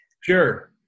Sure